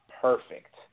perfect